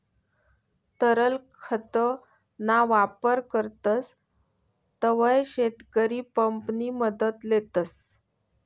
तरल खत ना वापर करतस तव्हय शेतकरी पंप नि मदत लेतस